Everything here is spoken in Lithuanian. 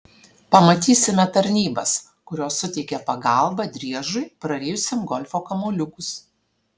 pamatysime tarnybas kurios suteikia pagalbą driežui prarijusiam golfo kamuoliukus